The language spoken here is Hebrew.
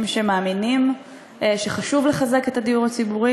שמאמינים שחשוב לחזק את הדיור הציבורי,